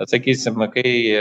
vat sakysim kai